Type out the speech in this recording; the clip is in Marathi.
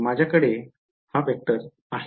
तर माझ्याकडे आहे